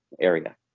area